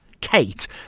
Kate